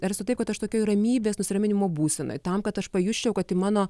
tarsi taip kad aš tokioj ramybės nusiraminimo būsenoj tam kad aš pajusčiau kad į mano